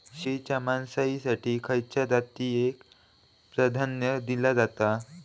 शेळीच्या मांसाएसाठी खयच्या जातीएक प्राधान्य दिला जाता?